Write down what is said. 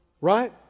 right